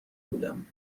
بودم